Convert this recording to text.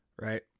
Right